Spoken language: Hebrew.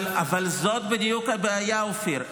אבל זאת בדיוק הבעיה, אופיר.